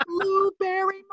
blueberry